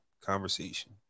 conversation